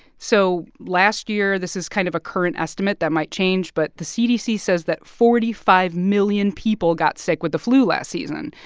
so last year, this is kind of a current estimate that might change, but the cdc says that forty five million people got sick with the flu last season,